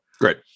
Great